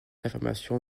information